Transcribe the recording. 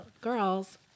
girls